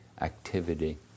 activity